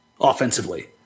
offensively